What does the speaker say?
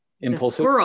Impulsive